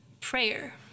prayer